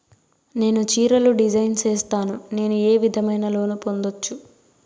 నేను చీరలు డిజైన్ సేస్తాను, నేను ఏ విధమైన లోను పొందొచ్చు